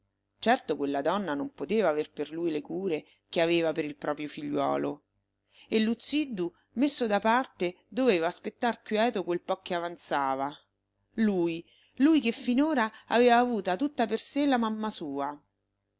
certo quella donna non poteva aver per lui le cure che aveva per il proprio figliuolo e luzziddu messo da parte doveva aspettar quieto quel po che avanzava lui lui che finora aveva avuto tutta per sé la mamma sua